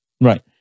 Right